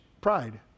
pride